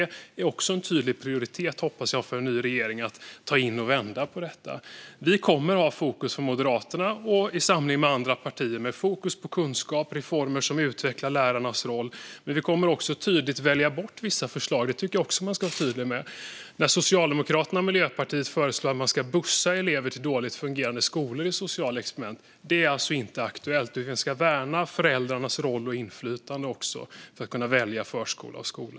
Det är också en tydlig prioritet för en ny regering, hoppas jag, att vända på detta. Vi kommer från Moderaterna, i samling med andra partier, att ha fokus på kunskap och på att göra reformer som utvecklar lärarnas roll. Vi kommer också att välja bort vissa förslag - det tycker jag att man ska vara tydlig med. Socialdemokraterna och Miljöpartiet föreslår att man i sociala experiment ska bussa elever till dåligt fungerande skolor. Det är inte aktuellt, utan vi ska värna föräldrarnas roll och inflytande när det gäller att kunna välja förskola och skola.